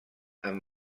amb